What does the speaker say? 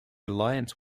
alliance